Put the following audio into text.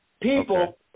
People